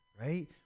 right